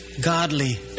godly